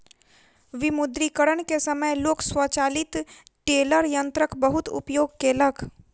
विमुद्रीकरण के समय लोक स्वचालित टेलर यंत्रक बहुत उपयोग केलक